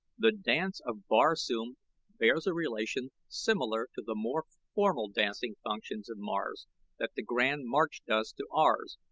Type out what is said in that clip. the dance of barsoom bears a relation similar to the more formal dancing functions of mars that the grand march does to ours,